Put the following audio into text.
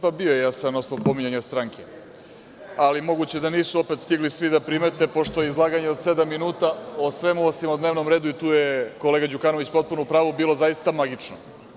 Jasan je osnov – pominjanje stranke, ali moguće da nisu opet stigli svi da primete pošto je izlaganje od sedam minuta o svemu, osim o dnevnom redu, i tu je kolega Đukanović potpuno u pravu, bilo zaista magično.